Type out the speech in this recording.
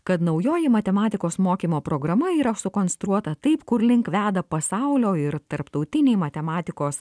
kad naujoji matematikos mokymo programa yra sukonstruota taip kurlink veda pasaulio ir tarptautiniai matematikos